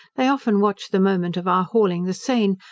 they often watch the moment of our hauling the seine,